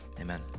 amen